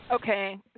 Okay